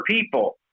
people